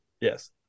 Yes